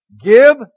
give